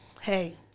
hey